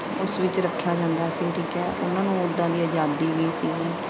ਉਸ ਵਿੱਚ ਰੱਖਿਆ ਜਾਂਦਾ ਸੀ ਠੀਕ ਹੈ ਉਹਨਾਂ ਨੂੰ ਉੱਦਾਂ ਦੀ ਆਜ਼ਾਦੀ ਨਹੀਂ ਸੀਗੀ